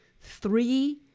three